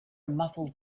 muffled